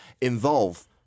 involve